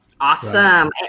Awesome